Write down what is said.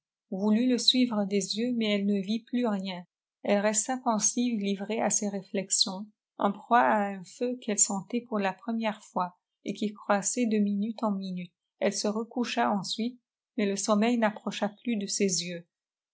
voulut le suivre des yeux mais elle ne vit plus rien elle resta pensive livrée à ses réflexions en proie à un feu qu'elle sentait pour la première fois et qui croissait de minute en minute elle se recoucha ensuite mais le sommeil n'approcha plus de ses yeux